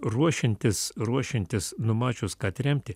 ruošiantis ruošiantis numačius ką tremti